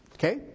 Okay